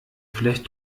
vielleicht